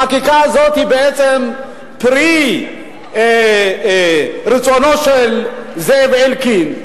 החקיקה הזאת היא בעצם פרי רצונו של זאב אלקין,